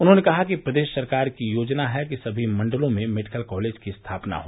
उन्होंने कहा कि प्रदेश सरकार की योजना है कि सभी मण्डलों में मेडिकल कॉलेज की स्थापना हो